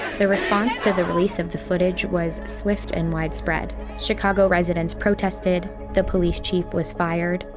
the response to the release of the footage was swift and widespread. chicago residents protested. the police chief was fired.